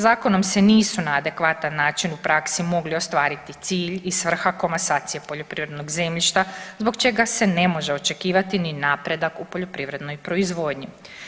Zakonom se nisu na adekvatan način u praksi mogli ostvariti cilj i svrha komasacije poljoprivrednog zemljišta zbog čega se ne može očekivati ni napredak u poljoprivrednoj proizvodnji.